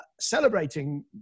celebrating